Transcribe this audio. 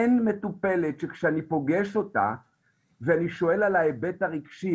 אין מטופלת שכשאני פוגש אותה ואני שואל על ההיבט הרגשי,